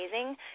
amazing